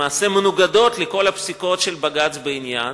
למעשה מנוגדות לכל הפסיקות של בג"ץ בעניין.